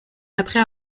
après